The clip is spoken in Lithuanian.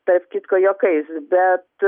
tarp kitko juokais bet